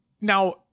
Now